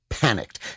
Panicked